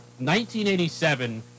1987